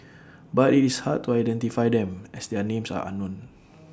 but IT is hard to identify them as their names are unknown